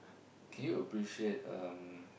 can you appreciate um